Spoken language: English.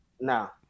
No